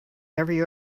every